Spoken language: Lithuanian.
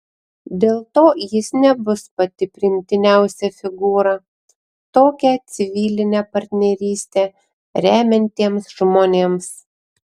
dėl to jis nebus pati priimtiniausia figūra tokią civilinę partnerystę remiantiems žmonėms